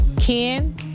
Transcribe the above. Ken